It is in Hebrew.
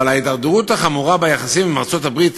אבל ההידרדרות החמורה ביחסים עם ארצות-הברית